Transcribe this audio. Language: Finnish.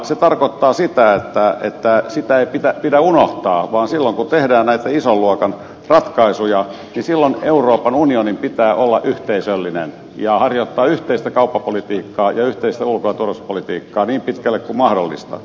se tarkoittaa sitä että sitä ei pidä unohtaa vaan silloin kun tehdään näitä ison luokan ratkaisuja euroopan unionin pitää olla yhteisöllinen ja harjoittaa yhteistä kauppapolitiikkaa ja yhteistä ulko ja turvallisuuspolitiikkaa niin pitkälle kuin mahdollista